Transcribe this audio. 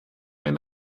ein